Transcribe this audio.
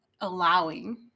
allowing